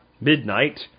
midnight